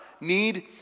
need